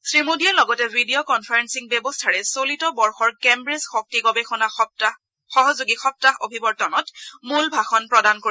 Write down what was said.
শ্ৰীমোদীয়ে লগতে video conferencing ব্যৱস্থাৰে চলিত বৰ্ষৰ কেদ্বিজ শক্তি গৱেষণা সহযোগী সপ্তাহ অভিৱৰ্তনত মূল ভাষণ প্ৰদান কৰিব